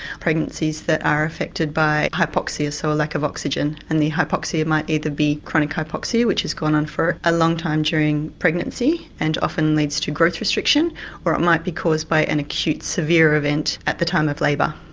pregnancies that are affected by hypoxia, so a lack of oxygen, and the hypoxia might either be chronic hypoxia which has gone on for a long time during pregnancy and often leads to growth restriction or it might be caused by an acute severe event at the time of labour.